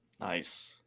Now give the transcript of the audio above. Nice